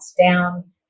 down